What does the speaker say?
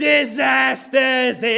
Disasters